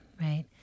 right